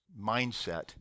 mindset